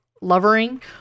lovering